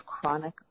chronic